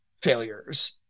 failures